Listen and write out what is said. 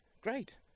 Great